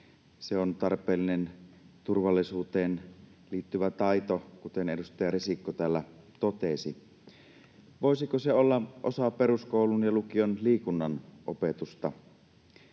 Se on tarpeellinen turvallisuuteen liittyvä taito, kuten edustaja Risikko täällä totesi. Voisiko se olla osa peruskoulun ja liikunnan opetusta?